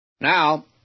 Now